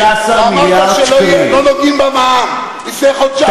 אמרת שלא נוגעים במע"מ, לפני חודשיים פה.